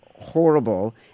horrible